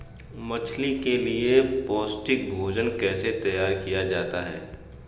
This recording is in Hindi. मछली के लिए पौष्टिक भोजन कैसे तैयार किया जाता है?